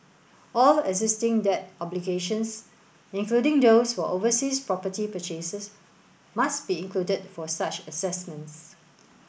all existing debt obligations including those for overseas property purchases must be included for such assessments